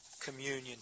communion